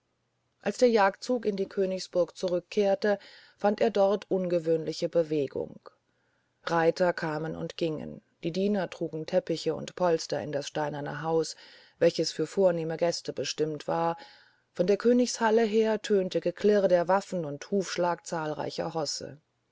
als der jagdzug in die königsburg zurückkehrte fand er dort ungewöhnliche bewegung reiter kamen und gingen die diener trugen teppiche und polster in das steinerne haus welches für vornehme gäste bestimmt war von der königshalle her tönte geklirr der waffen und hufschlag zahlreicher rosse